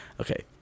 okay